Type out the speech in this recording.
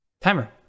Timer